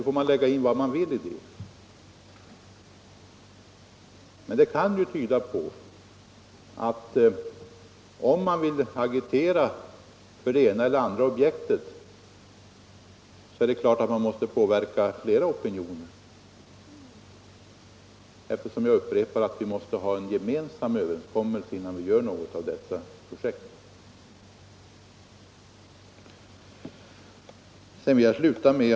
Man kan lägga in vad man vill i detta förhållande, men det kan bl.a. tyda på att den som vill agitera för det ena eller det andra objektet måste försöka påverka flera opinioner, eftersom — det vill jag än en gång framhålla — vi måste ha en gemensam överenskommelse innan vi kan nå något resultat i detta sammanhang.